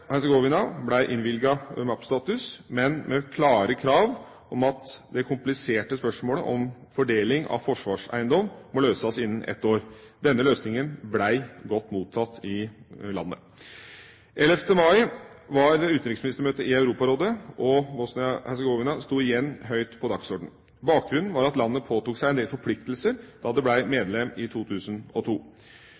men med klare krav om at det kompliserte spørsmålet om fordeling av forsvarseiendom må løses innen et år. Denne løsningen ble godt mottatt i landet. 11. mai var det utenriksministermøte i Europarådet, og Bosnia-Hercegovina sto igjen høyt på dagsordenen. Bakgrunnen var at landet påtok seg en del forpliktelser da det